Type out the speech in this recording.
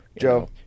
Joe